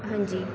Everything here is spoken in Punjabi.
ਹਾਂਜੀ